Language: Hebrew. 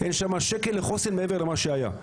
אין שם שקל לחוסן מעבר למה שהיה.